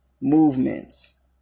movements